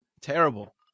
Terrible